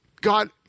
God